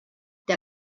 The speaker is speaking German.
der